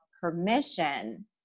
permission